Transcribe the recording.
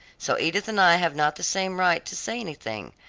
so edith and i have not the same right to say anything,